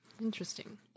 Interesting